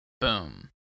Boom